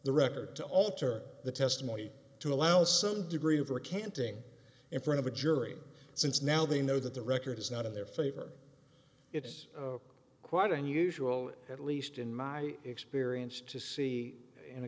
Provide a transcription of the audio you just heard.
the record to alter the testimony to allow some degree of recanting in front of a jury since now they know that the record is not in their favor it's quite unusual at least in my experience to see in a